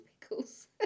pickles